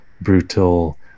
brutal